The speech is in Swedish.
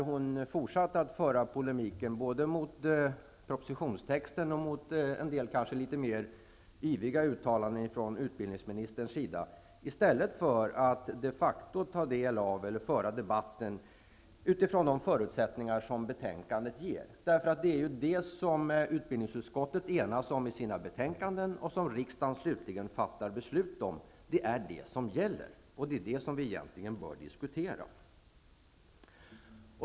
Hon fortsatte med sin polemik både mot propositionstexten och mot en del, kanske litet ivrigare, uttalanden från utbildningsministern i stället för att föra debatten utifrån de förutsättningar som finns i betänkandet. Det är ju det som utbildningsutskottet enas om i sina betänkanden och som riksdagen slutligen fattar beslut om som gäller, och det är det som vi egentligen bör diskutera.